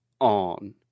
on